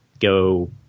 go